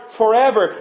forever